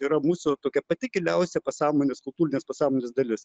yra mūsų tokia pati giliausia pasąmonės kultūrinės pasąmonės dalis